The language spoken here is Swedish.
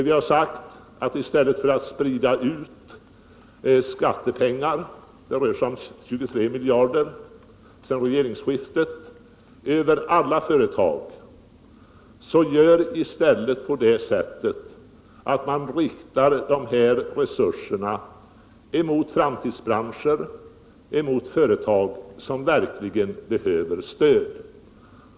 Vi har sagt att regeringen i stället för att sprida ut pengar —det rör sig om 23 miljarder sedan regeringsskiftet — över alla företag borde rikta dessa resurser emot framtidsbranscher och emot företag som verkligen behöver stöd.